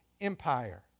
empire